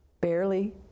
Barely